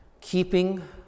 Keeping